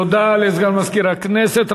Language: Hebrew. תודה לסגן מזכירת הכנסת.